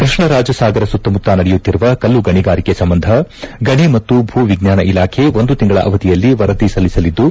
ಕೃಷ್ಣರಾಜ ಸಾಗರ ಸುತ್ತಮುತ್ತ ನಡೆಯುತ್ತಿರುವ ಕಲ್ಲು ಗಣಿಗಾರಿಕೆ ಸಂಬಂಧ ಗಣಿ ಮತ್ತು ಭೂ ವಿಜ್ಞಾನ ಇಲಾಖೆ ಒಂದು ತಿಂಗಳ ಅವಧಿಯಲ್ಲಿ ವರದಿ ಸಲ್ಲಿಸಲಿದ್ದು